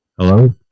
hello